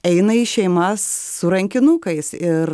eina į šeimas su rankinukais ir